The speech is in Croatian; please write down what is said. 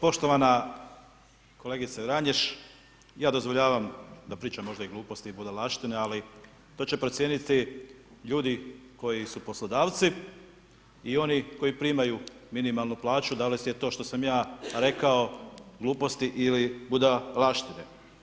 Pa poštovana kolegice Vranješ, ja dozvoljavam da pričam možda gluposti i budalaštine, ali to će procijeniti ljudi koji su poslodavci i oni koji primaju minimalnu plaću, da li je to što sam ja rekao gluposti ili budalaštine.